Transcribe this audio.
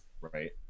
right